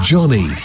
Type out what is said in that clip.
Johnny